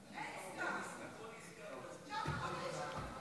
עסקה כזאת, נאור.